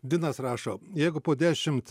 dinas rašo jeigu po dešimt